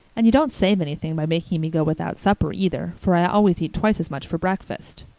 and you don't save anything by making me go without supper either, for i always eat twice as much for breakfast.